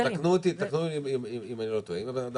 קבוצת האם האולטימטיבית מעבירה דוח למדינה שלה